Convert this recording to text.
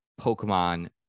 Pokemon